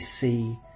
see